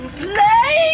play